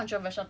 so I don't know